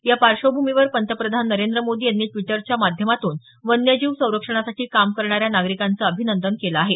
या पार्श्वभूमीवर पंतप्रधान नरेंद्र मोदी यांनी ट्विटरच्या माध्यमातून वन्यजीव संरक्षणासाठी काम करणाऱ्या नागरीकांचं अभिनंदन केलं आहे